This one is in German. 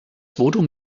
votum